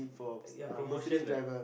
ya promotion right